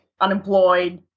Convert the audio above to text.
unemployed